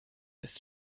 ist